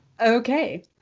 Okay